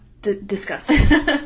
disgusting